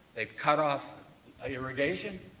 they cut off ah irrigation.